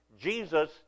Jesus